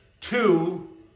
Two